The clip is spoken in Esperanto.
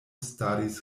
staris